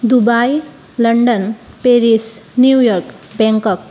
Dubai London Paris New York Bangkok